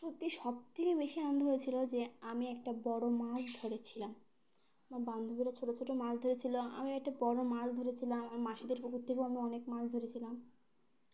সত্যি সব থেকে বেশি আনন্দ হয়েছিল যে আমি একটা বড় মাছ ধরেছিলাম আমার বান্ধবীরা ছোট ছোট মাছ ধরেছিল আমি একটা বড় মাছ ধরেছিলাম আমার মাসিদের পুকুর থেকেও আমি অনেক মাছ ধরেছিলাম